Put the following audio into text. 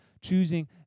choosing